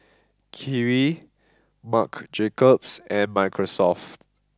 Kiwi Marc Jacobs and Microsoft